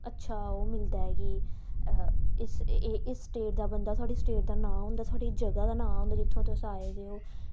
अच्छा ओह् मिलदा कि इस स्टेट दा बंदा इस स्टेट दा नांऽ होंदा कि ते जगह दा नांऽ होंदा जित्थुआं तुस आए दे ओह्